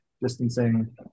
distancing